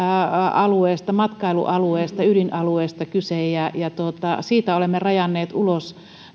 alueesta matkailualueesta ydinalueesta kyse ja siitä olemme rajanneet ulos